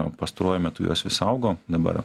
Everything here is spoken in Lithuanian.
o pastaruoju metu jos vis augo dabar